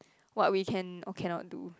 what we can or cannot do